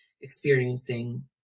experiencing